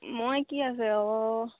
মই কি আছে অঁ